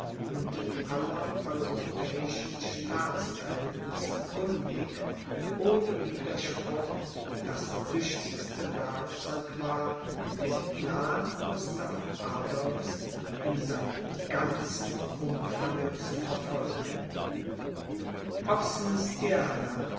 und aller europäischen staatsverhältnisse kundig ohne widerspruch das tüchtigste werkzeug war den plan gustav adolphs in seinem ganzen umfange zu verfolgen